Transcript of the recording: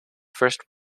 first